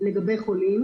לגבי חולים,